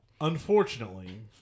Unfortunately